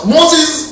Moses